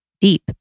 deep